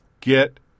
Get